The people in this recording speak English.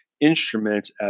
instruments